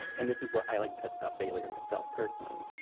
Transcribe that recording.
and this is what i like best about failure myself personally